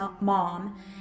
mom